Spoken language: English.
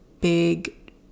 big